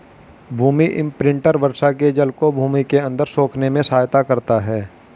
भूमि imprinter वर्षा के जल को भूमि के अंदर सोखने में सहायता करता है